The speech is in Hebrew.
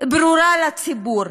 ברורה לציבור,